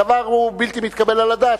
הדבר הוא בלתי מתקבל על הדעת,